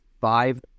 five